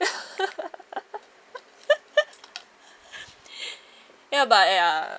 ya but ya